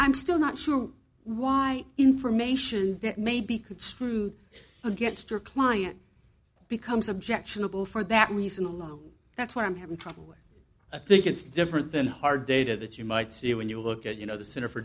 i'm still not sure why information that may be construed against your client becomes objectionable for that reason alone that's what i'm having trouble with i think it's different than hard data that you might see when you look at you know the center for